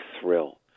thrill